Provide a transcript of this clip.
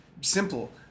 Simple